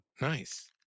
Nice